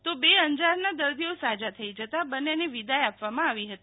તો બે અંજારના દર્દીઓ સાજા થઈ જતાં બંનેને વિદાયઆપવામાં આવી હતી